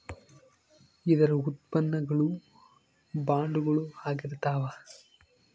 ಇದರ ಉತ್ಪನ್ನ ಗಳು ಬಾಂಡುಗಳು ಆಗಿರ್ತಾವ